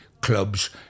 clubs